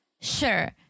Sure